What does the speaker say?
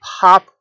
pop